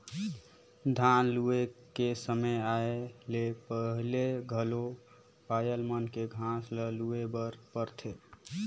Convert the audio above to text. धान लूए के समे आए ले पहिले घलो पायर मन के घांस ल लूए बर परथे